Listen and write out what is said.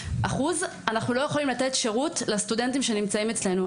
אנחנו לא יכולים לתת שירות לסטודנטים שנמצאים אצלנו.